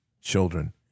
children